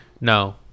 no